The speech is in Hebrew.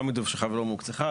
לא מדובשך ולא מעוקצך,